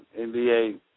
NBA